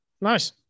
nice